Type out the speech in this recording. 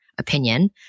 opinion